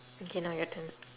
okay now your turn